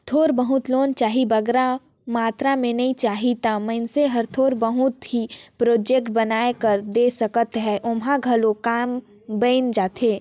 थोर बहुत लोन चाही बगरा मातरा में नी चाही ता मइनसे हर थोर बहुत ही प्रोजेक्ट बनाए कर दे सकत हे ओम्हां घलो काम बइन जाथे